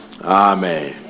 Amen